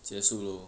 结束 loh